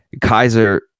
Kaiser